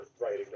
writing